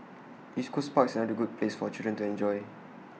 East Coast park is another good place for children to enjoy